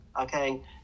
Okay